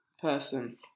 person